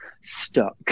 stuck